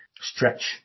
stretch